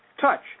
touch